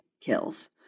kills